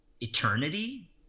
eternity